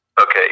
Okay